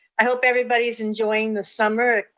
i hope everybody's enjoying the summer.